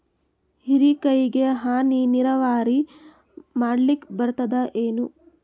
ಹೀರೆಕಾಯಿಗೆ ಹನಿ ನೀರಾವರಿ ಮಾಡ್ಲಿಕ್ ಬರ್ತದ ಏನು?